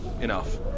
Enough